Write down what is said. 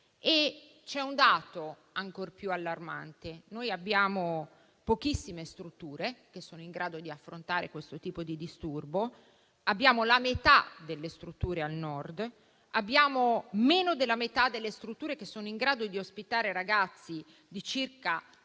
C'è un dato ancor più allarmante: abbiamo pochissime strutture che sono in grado di affrontare questo tipo di disturbo. La metà di tali strutture si trovano al Nord e meno della metà delle strutture sono in grado di ospitare ragazzi di circa